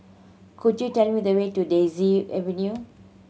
could you tell me the way to Daisy Avenue